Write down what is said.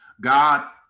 God